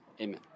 Amen